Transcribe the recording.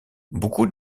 beaucoup